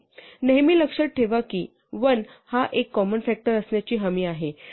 नेहमी लक्षात ठेवा की 1 हा एक कॉमन फ़ॅक्टर असण्याची हमी आहे